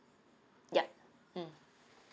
yup mm